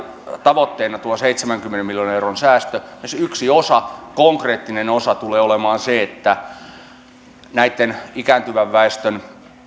tavoitteena on tuo seitsemänkymmenen miljoonan euron säästö jossa yksi osa konkreettinen osa tulee olemaan se että ikääntyvän väestön